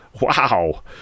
Wow